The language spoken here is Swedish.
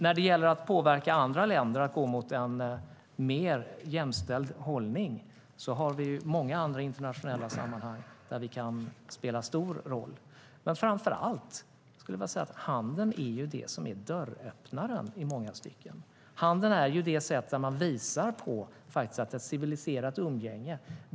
När det gäller att påverka andra länder att gå mot en mer jämställd hållning har vi många andra internationella sammanhang där vi kan spela en stor roll. Men framför allt skulle jag vilja säga att handeln är dörröppnaren i många stycken. Med handeln visar man faktiskt på ett civiliserat umgänge.